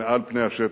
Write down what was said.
מעל פני השטח.